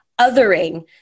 othering